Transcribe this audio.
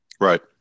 right